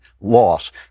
loss